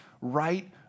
right